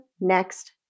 next